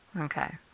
okay